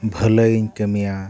ᱵᱷᱟᱹᱞᱟᱹᱭᱤᱧ ᱠᱟᱹᱢᱤᱭᱟ